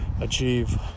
achieve